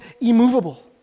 immovable